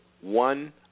one